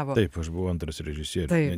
taip aš buvau antras režisierius